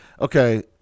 Okay